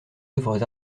œuvres